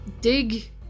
dig